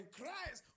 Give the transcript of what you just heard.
Christ